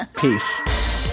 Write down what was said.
Peace